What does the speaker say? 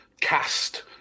cast